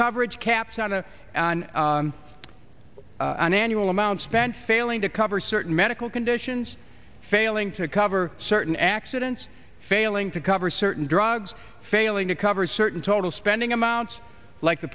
coverage caps on a an annual amount spent failing to cover certain medical conditions failing to cover certain accidents failing to cover certain drugs failing to cover certain total spending amounts like the